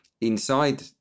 inside